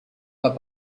pas